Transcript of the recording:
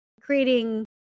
creating